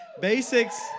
basics